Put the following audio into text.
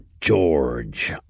George